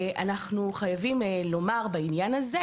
אנחנו חייבים לומר בעניין הזה